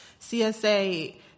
CSA